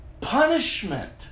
punishment